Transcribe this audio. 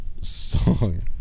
song